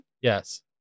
yes